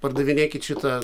pardavinėkit šitą